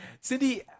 Cindy